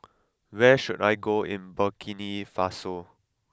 where should I go in Burkina Faso